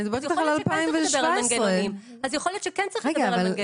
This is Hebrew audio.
אני מדברת אתך על 2017. אז יכול להיות שכן צריך לדבר על מנגנונים.